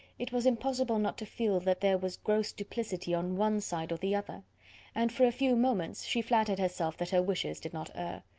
it was impossible not to feel that there was gross duplicity on one side or the other and, for a few moments, she flattered herself that her wishes did not err.